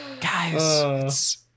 Guys